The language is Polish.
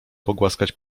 pogłaskać